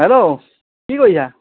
hello কি কৰিছা